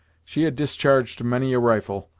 she had discharged many a rifle,